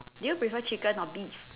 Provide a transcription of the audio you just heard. do you prefer chicken or beef